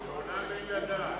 לעולם אין לדעת.